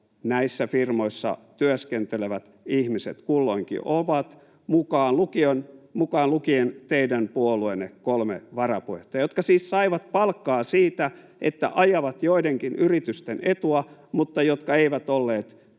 näissä firmoissa työskentelevät ihmiset kulloinkin ovat, mukaan lukien teidän puolueenne kolme varapuheenjohtajaa, jotka siis saivat palkkaa siitä, että ajavat joidenkin yritysten etua, mutta ei ollut